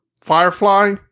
Firefly